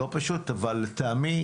אבל לטעמי